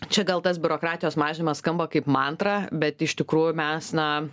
čia gal tas biurokratijos mažinimas skamba kaip mantra bet iš tikrųjų mes na